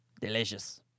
Delicious